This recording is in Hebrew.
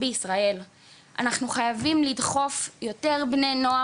אנחנו רוצים להקטין את אחוזי הפרישה בשנה,